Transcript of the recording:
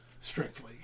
strictly